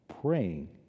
praying